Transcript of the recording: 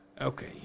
Okay